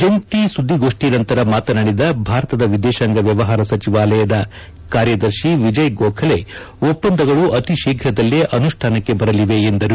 ಜಂಟಿ ಸುದ್ದಿಗೋಷ್ಣಿ ನಂತರ ಮಾತನಾದಿದ ಭಾರತದ ವಿದೇಶಾಂಗ ವ್ಯವಹಾರ ಸಚಿವಾಲಯದಕಾರ್ಯದರ್ಶಿ ವಿಜಯ್ ಗೋಖಲೆ ಒಪ್ಪಂದಗಳು ಅತಿ ಶೀಘ್ರದಲ್ಲೇ ಅನುಷ್ಠಾನಕ್ಕೆ ಬರಲಿದೆ ಎಂದರು